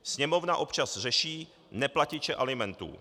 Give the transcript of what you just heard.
Sněmovna občas řeší neplatiče alimentů.